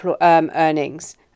earnings